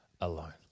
alone